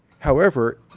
however,